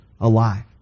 alive